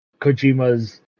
Kojima's